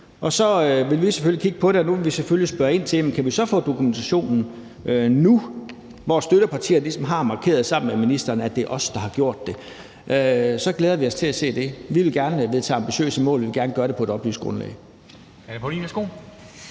Vi vil selvfølgelig kigge på det, og vi vil selvfølgelig spørge ind til, om vi så kan få dokumentationen nu, hvor støttepartierne sammen med ministeren ligesom har markeret, at det er dem, der har gjort det. Så vil vi glæde os til at se det. Vi vil gerne vedtage ambitiøse mål, og vi vil gerne gøre det på et oplyst grundlag.